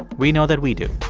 we know that we do